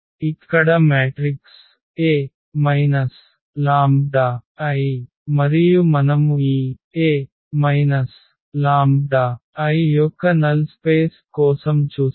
ఇక్కడ matrix A λI మరియు మనము ఈ A λI యొక్క నల్ స్పేస్ కోసం చూస్తే